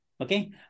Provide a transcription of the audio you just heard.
Okay